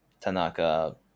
Tanaka